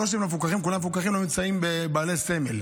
לא שהם לא מפוקחים, כולם מפוקחים, הם לא בעלי סמל.